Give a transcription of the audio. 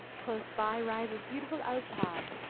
close by rises beautiful altar,